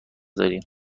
داریم